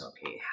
Okay